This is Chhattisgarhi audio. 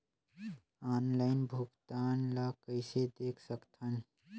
ऑनलाइन भुगतान ल कइसे देख सकथन?